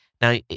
now